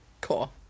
Cool